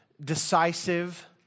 decisive